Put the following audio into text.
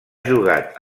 jugat